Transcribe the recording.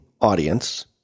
audience